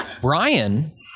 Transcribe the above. Brian